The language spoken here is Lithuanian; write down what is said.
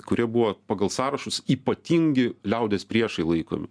kurie buvo pagal sąrašus ypatingi liaudies priešai laikomi